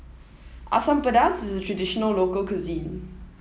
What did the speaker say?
Asam Pedas is a traditional local cuisine